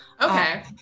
Okay